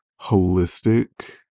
holistic